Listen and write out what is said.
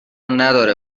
نداره